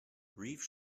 grief